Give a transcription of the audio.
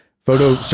Photo